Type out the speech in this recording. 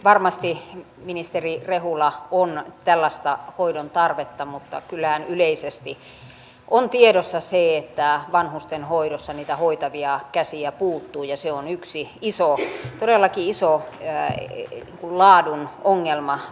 varmasti ministeri rehula on tällaista hoidon tarvetta mutta kyllähän yleisesti on tiedossa se että vanhustenhoidossa niitä hoitavia käsiä puuttuu ja se on yksi iso todellakin iso laadun ongelma vanhustenhoivassa